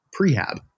prehab